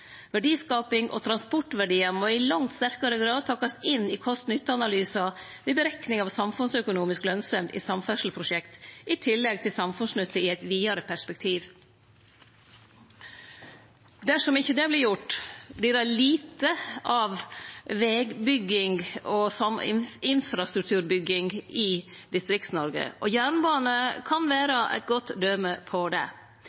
Verdiskaping og transportverdiar må i langt sterkare grad takast inn i kost–nytte-analysar ved utrekning av samfunnsøkonomisk lønnsemd i samferdselsprosjekt, i tillegg til samfunnsnytte i eit vidare perspektiv. Dersom det ikkje vert gjort, vert det lite av vegbygging og infrastrukturbygging i Distrikts-Noreg, og jernbane kan vere eit godt døme på det.